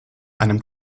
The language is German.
einem